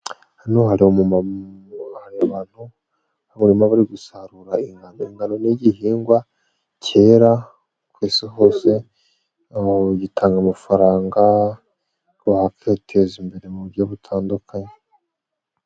Hano hari abantu bari gusarura ingano, ingano ni igihingwa cyera ku isi hose gitanga amafaranga wakiteza imbere mu buryo butandukanye.